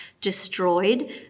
destroyed